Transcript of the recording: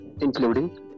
including